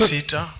Sita